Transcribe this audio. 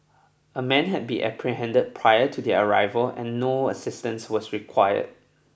a man had been apprehended prior to their arrival and no assistance was required